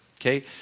okay